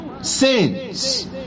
sins